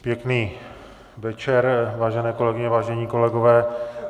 Pěkný večer, vážené kolegyně, vážení kolegové.